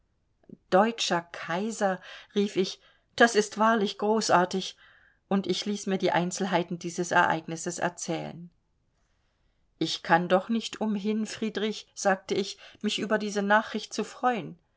deutscher kaiser rief ich das ist wahrlich großartig und ich ließ mir die einzelheiten dieses ereignisses erzählen ich kann doch nicht umhin friedrich sagte ich mich über diese nachricht zu freuen